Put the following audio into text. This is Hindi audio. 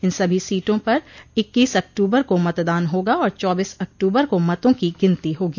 इन सभी सीटों पर इक्कीस अक्टूबर को मतदान होगा और चौबीस अक्टूबर को मतों की गिनती होगी